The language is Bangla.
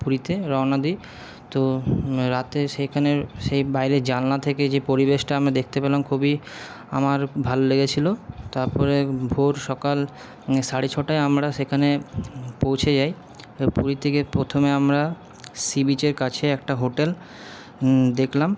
পুরীতে রওনা দিই তো রাতে সেইখানের সেই বাইরে জানলা থেকে যে পরিবেশটা আমি দেখতে পেলাম খুবই আমার ভালো লেগেছিলো তারপরে ভোর সকাল সাড়ে ছটায় আমরা সেখানে পৌঁছে যাই পুরী থেকে প্রথমে আমরা সি বিচের কাছে একটা হোটেল দেখলাম